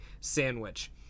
sandwich